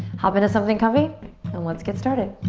hop into something comfy and let's get started.